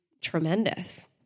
tremendous